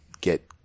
get